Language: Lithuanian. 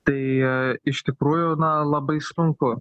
tai iš tikrųjų labai sunku